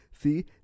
See